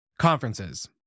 Conferences